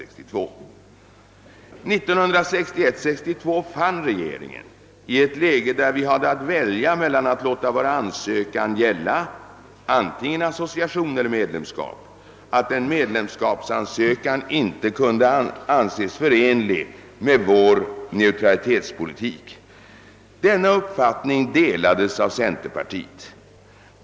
1961—1962 fann regeringen — i ett läge där vi hade att välja mellan att låta vår ansökan gälla antingen association eller medlemskap — att en medlemskapsansökan inte kunde anses förenlig med vår neutralitetspolitik. Denna uppfattning delades av centerpartiet.